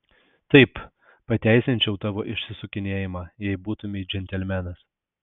taip pateisinčiau tavo išsisukinėjimą jei būtumei džentelmenas